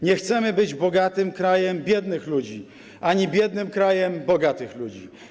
Nie chcemy być bogatym krajem biednych ludzi ani biednym krajem bogatych ludzi.